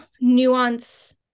nuance